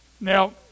Now